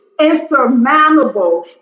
insurmountable